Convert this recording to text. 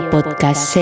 Podcast